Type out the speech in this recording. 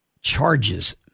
charges